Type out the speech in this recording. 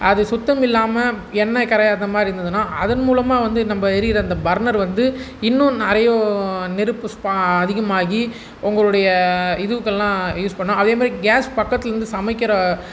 அது சுத்தமில்லாமல் எண்ணெய் கறை அந்த மாதிரி இருந்ததுன்னா அதன் மூலமாக வந்து நம்ப எரியிற அந்த பர்னர் வந்து இன்னும் நெறைய நெருப்பு ஸ்பா அதிகமாகி உங்களுடைய இதுகல்லாம் யூஸ் பண்ணும் அதேமாதிரி கேஸ் பக்கத்தில் இருந்து சமைக்கிற